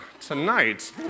tonight